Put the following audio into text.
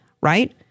right